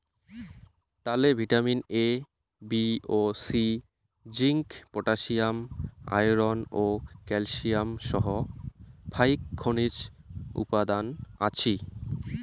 তালে vitamin A, B ও C, zinc, potassium, iron ও ক্যালসিয়াম সহ ফাইক খনিজ উপাদান আছি